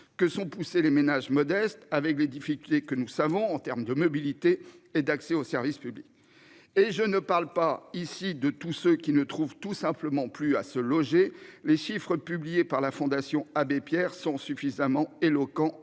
que sont pousser les ménages modestes avec les difficultés que nous savons en termes de mobilité et d'accès aux services publics et je ne parle pas ici de tout ce qui ne trouvent tout simplement plus à se loger. Les chiffres publiés par la Fondation Abbé Pierre sont suffisamment éloquents